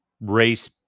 race